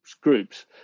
groups